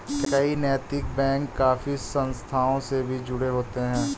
कई नैतिक बैंक काफी संस्थाओं से भी जुड़े होते हैं